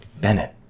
Bennett